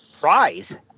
prize